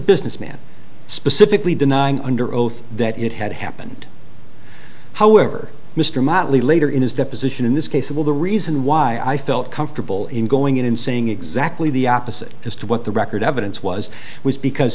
businessman specifically denying under oath that it had happened however mr motley later in his deposition in this case will the reason why i felt comfortable in going in and saying exactly the opposite as to what the record evidence was was because